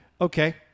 Okay